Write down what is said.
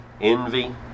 envy